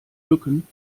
mücken